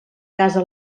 casa